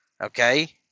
okay